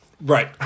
Right